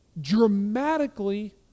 Dramatically